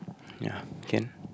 ya can